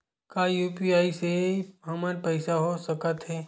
का यू.पी.आई से हमर पईसा हो सकत हे?